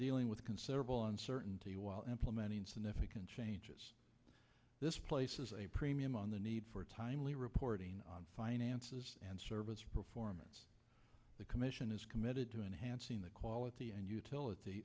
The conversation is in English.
dealing with considerable uncertainty while implementing significant changes this place is a premium on the need for timely reporting on finances and service performance the commission is committed to enhancing the quality and utility